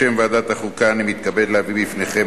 בשם ועדת החוקה אני מתכבד להביא בפניכם